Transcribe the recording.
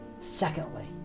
Secondly